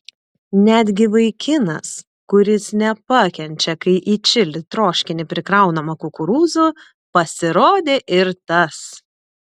netgi vaikinas kuris nepakenčia kai į čili troškinį prikraunama kukurūzų pasirodė ir tas